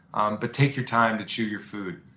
um but take your time to chew your food.